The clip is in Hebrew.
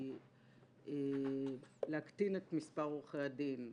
היא להקטין את מספר עורכי הדין,